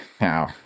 Now